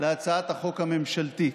להצעת החוק הממשלתית.